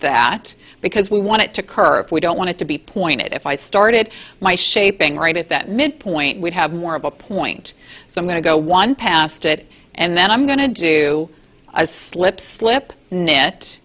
that because we want it to curve we don't want to be pointed if i started my shaping right at that midpoint we'd have more of a point so i'm going to go one past it and then i'm going to do a slip slip